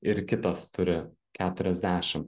ir kitas turi keturiasdešim